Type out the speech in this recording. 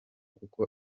kuko